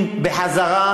לכנסת,